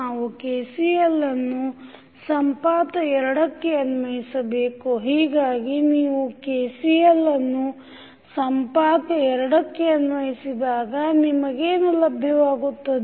ನಾವು KCL ಅನ್ನು ಸಂಪಾತ 2ಕ್ಕೆ ಅನ್ವಯಿಸಬೇಕು ಹೀಗಾಗಿ ನೀವು KCL ಅನ್ನು ಸಂಪಾತ 2ಕ್ಕೆ ಅನ್ವಯಿಸಿದಾಗ ನಿಮಗೇನು ಲಭ್ಯವಾಗುತ್ತದೆ